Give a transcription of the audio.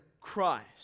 Christ